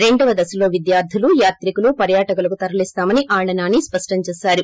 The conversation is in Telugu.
రెండో దశలో విద్యార్లులు యాత్రికులు పర్యాటకులకు తరలిస్తామని ఆళ్ళ నాని స్పష్టం చేశారు